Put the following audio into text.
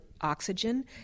oxygen